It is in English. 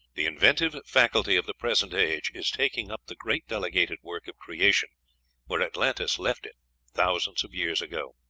the inventive faculty of the present age is taking up the great delegated work of creation where atlantis left it thousands of years ago.